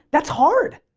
that's hard.